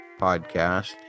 podcast